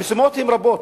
המשימות הן רבות,